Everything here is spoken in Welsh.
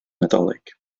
nadolig